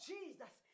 Jesus